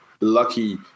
lucky